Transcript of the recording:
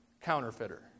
counterfeiter